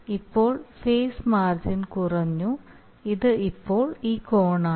ഇപ്പോൾ phase margin കുറഞ്ഞു ഇത് ഇപ്പോൾ ഈ കോണാണ്